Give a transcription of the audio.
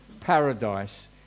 paradise